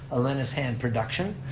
a linus hand production,